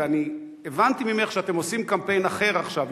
ואני הבנתי ממך שאתם עושים קמפיין אחר עכשיו,